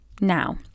Now